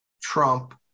Trump